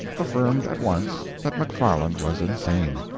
affirmed at once that mcfarland was insane.